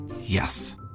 Yes